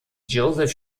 joseph